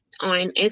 on